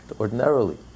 ordinarily